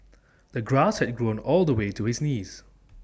the grass had grown all the way to his knees